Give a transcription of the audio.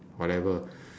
whatever